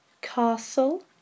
Castle